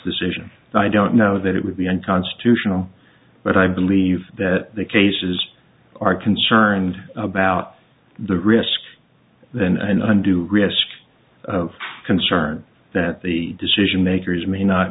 decision i don't know that it would be unconstitutional but i believe that the cases are concerned about the risk than anyone do risk of concern that the decision makers may not